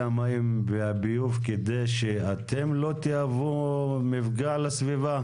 המים והביוב כדי שאתם לא תהוו מפגע לסביבה,